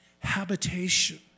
habitation